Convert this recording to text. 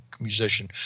musician